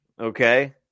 Okay